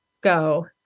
go